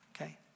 okay